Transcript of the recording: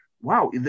Wow